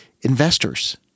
investors